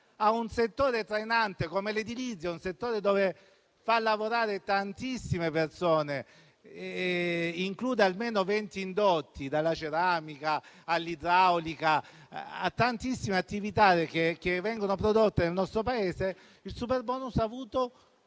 a un settore trainante come l'edilizia, un settore che fa lavorare tantissime persone e che include almeno venti indotti, dalla ceramica all'idraulica, a tantissime altre attività che vengono svolte nel nostro Paese. Il superbonus ha avuto